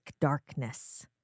darkness